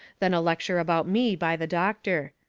then a lecture about me by the doctor.